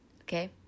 okay